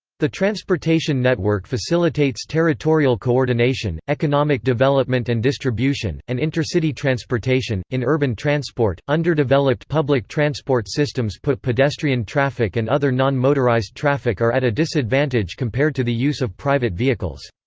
the transportation network facilitates territorial coordination, economic development and distribution, and intercity transportation in urban transport, underdeveloped public transport systems put pedestrian traffic and other non-motorized traffic are at a disadvantage compared to the use of private vehicles.